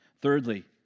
Thirdly